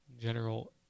general